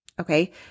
okay